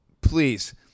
please